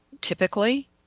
typically